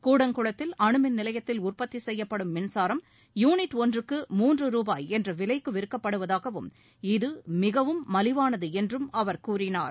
கூடங்குளத்தில் அனுமின் நிலையத்தில் உற்பத்தி செய்யப்படும் மின்சாரம் யூனிட் ஒன்றுக்கு மூன்று ரூபாய் என்ற விலைக்கு விற்கப்படுவதாகவும் இது மிகவும் மலிவானது என்றும் அவர் கூறினார்